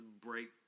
break